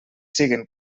siguin